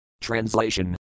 Translation